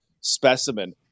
specimen